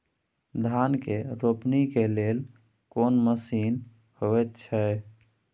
धान के रोपनी के लेल कोन मसीन होयत छै?